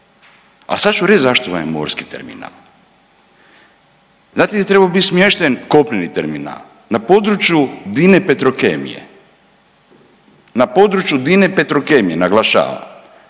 A sad ću reći zašto vam je morski terminal? Znate gdje je trebao biti smješten kopneni terminal? Na području Dine Petrokemije, na području Dine Petrokemije naglašavam